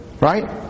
right